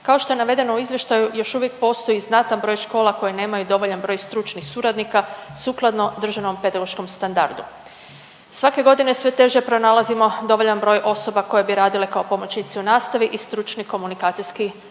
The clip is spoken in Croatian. Kao što je navedeno u izvještaju još uvijek postoji znatan broj škola koji nemaju dovoljan broj stručnih suradnika sukladno državnom pedagoškom standardu. Svake godine sve teže pronalazimo dovoljan broj osoba koje bi radile kao pomoćnici u nastavi i stručni komunikacijski